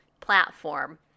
platform